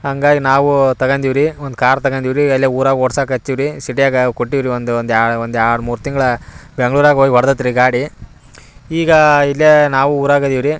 ಹಂಗಾಗಿ ನಾವೂ ತಗೊಂಡೀವಿ ರೀ ಒಂದು ಕಾರ್ ತಗೊಂಡೀವಿ ರೀ ಇಲ್ಲೇ ಊರಾಗ ಓಡ್ಸಾಕತ್ತೀವಿ ರೀ ಸಿಟಿಯಾಗ ಕೊಟ್ಟೀವಿ ರೀ ಒಂದು ಒಂದು ಎರಡು ಒಂದು ಎರಡು ಮೂರು ತಿಂಗ್ಳು ಬೆಂಗ್ಳೂರಿಗೆ ಓಯ್ ಒಡ್ದೇತಿ ರೀ ಗಾಡಿ ಈಗ ಇಲ್ಲೇ ನಾವು ಊರಾಗ ಅದೀವಿ ರೀ